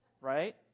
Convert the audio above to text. right